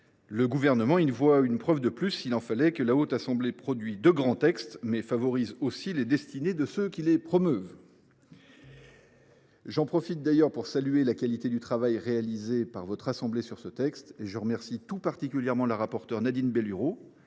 Le Gouvernement y voit une preuve de plus, s’il en fallait, que la Haute Assemblée produit de grands textes, mais favorise aussi les destinées de ceux qui les promeuvent ! On peut en effet se poser la question ! J’en profite d’ailleurs pour saluer la qualité du travail réalisé par votre assemblée sur ce texte. Je remercie tout particulièrement la rapporteure Nadine Bellurot,